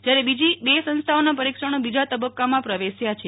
જ્યારે બીજી બે સંસ્થાઓના પરિક્ષણો બીજા તબક્કામં પ્રવેશ્યા છે